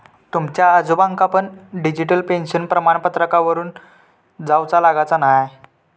तुमच्या आजोबांका पण डिजिटल पेन्शन प्रमाणपत्रावरून जाउचा लागाचा न्हाय